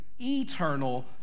eternal